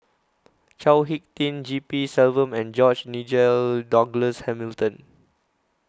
Chao Hick Tin G P Selvam and George Nigel Douglas Hamilton